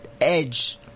edge